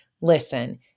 listen